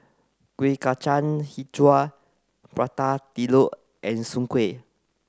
Kueh Kacang Hijau Prata Telur and Soon Kueh